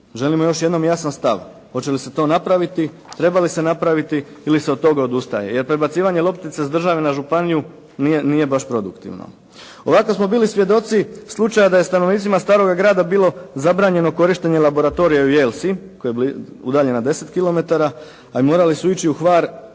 Želimo još jedan jasan stav hoće li se to napraviti? Treba li se napraviti ili se od toga odustaje? Jer prebacivanje loptice s države na županiju nije baš produktivno. Ovako smo bili svjedoci slučaja da je stanovnicima Staroga grada bilo zabranjeno korištenje laboratorija u Jelsi koja je udaljena 10 kilometara, a morali su ići u Hvar